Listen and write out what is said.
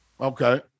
Okay